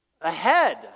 ahead